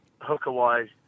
hooker-wise